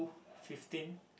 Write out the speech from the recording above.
fifteen